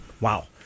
Wow